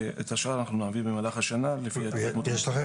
ואת השאר אנחנו נעביר במהלך השנה --- יש לכם